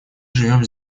живем